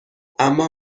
اما